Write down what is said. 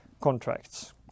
contracts